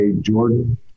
Jordan